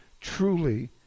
Truly